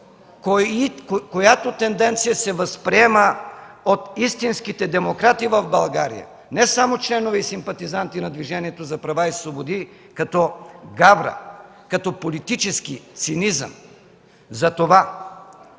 която тенденция се възприема от истинските демократи в България, не само членове и симпатизанти на Движението за права и свободи, като гавра, като политически цинизъм. Затова